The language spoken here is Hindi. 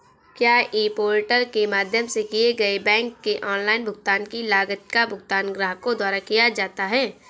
क्या ई पोर्टल के माध्यम से किए गए बैंक के ऑनलाइन भुगतान की लागत का भुगतान ग्राहकों द्वारा किया जाता है?